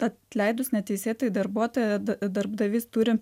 atleidus neteisėtai darbuotoją darbdavys turi